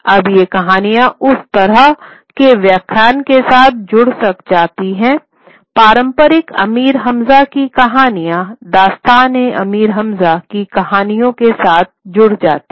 अब ये कहानियाँ उसी तरह के आख्यान के साथ जुड़ जाती हैं पारंपरिक अमीर हमज़ा की कहानियाँ दास्तान ए अमीर हमज़ा की कहानियो के साथ जुड़ जाती हैं